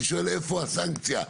ואני שאלתי את ההבהרה הזאת,